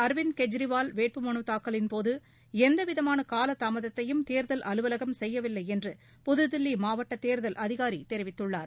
அரவிந்த் கெஜ்ரிவால் வேட்புமனுக்கலின்போது எவ்விதமான காலதாமதத்தையும் தேர்தல் அலுவலகம் செய்யவில்லை என்று புதுதில்லி மாவட்ட தேர்தல் அதிகாரி தெரிவித்துள்ளார்